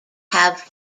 have